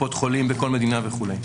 קופות חולים בכל מדינה וכולי.